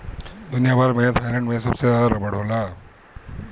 दुनिया भर में थाईलैंड में सबसे ढेर रबड़ होला